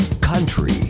Country